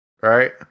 Right